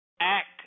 act